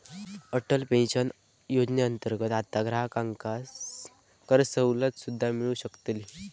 Atal pension योजनेअंतर्गत आता ग्राहकांका करसवलत सुद्दा मिळू शकतली